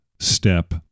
step